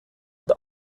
und